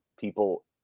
people